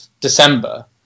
December